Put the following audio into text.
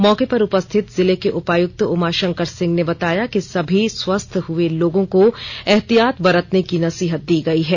मौके पर उपस्थित जिले के उपायुक्त उमा शंकर सिंह ने बताया कि सभी स्वस्थ हुए लोगों को एहतियात बरतने की नसीहत दी गयी है